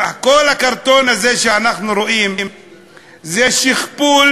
כל הקרטון הזה שאנחנו רואים זה שכפול